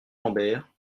lambert